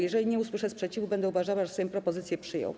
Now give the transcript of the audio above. Jeżeli nie usłyszę sprzeciwu, będę uważała, że Sejm propozycję przyjął.